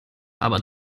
aber